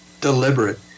deliberate